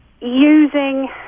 using